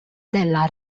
della